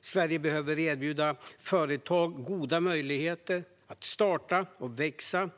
Sverige behöver erbjuda företag goda möjligheter att starta och växa.